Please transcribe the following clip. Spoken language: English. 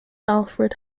alfred